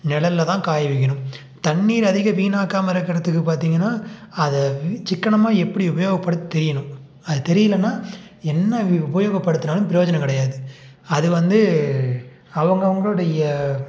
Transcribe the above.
நெழல்லதான் காய வைக்கணும் தண்ணீர் அதிகம் வீணாக்காமல் இருக்கிறதுக்கு பார்த்தீங்கன்னா அதை சிக்கனமாக எப்படி உபயோகப்படுத்த தெரியணும் அது தெரியலனா என்ன உபயோகப்படுத்தினாலும் பிரயோஜனம் கிடையாது அது வந்து அவங்க அவங்களுடைய